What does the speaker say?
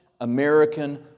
American